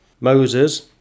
Moses